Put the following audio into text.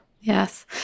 Yes